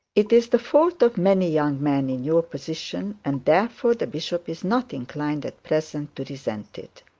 it is the fault of many young men in your position, and therefore the bishop is not inclined at present to resent it.